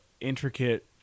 intricate